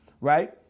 Right